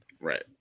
right